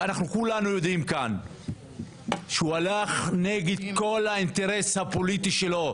ואנחנו כולנו יודעים כאן שהוא הלך נגד כל האינטרס הפוליטי שלו,